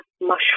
Mushroom